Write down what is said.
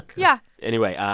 yeah anyway,